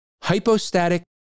Hypostatic